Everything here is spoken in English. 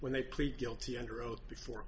when they plead guilty under oath before